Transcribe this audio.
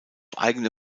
eigene